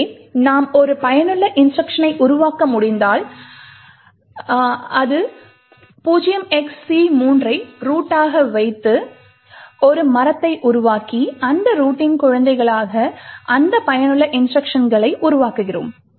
எனவே நாம் ஒரு பயனுள்ள இன்ஸ்ட்ருக்ஷனை உருவாக்க முடிந்தால் 0xC3 றை ரூட்டாக வைத்து ஒரு மரத்தை உருவாக்கி அந்த ரூட்டின் குழந்தைகளாக அந்த பயனுள்ள இன்ஸ்ட்ருக்ஷன்களையும் உருவாக்குகிறோம்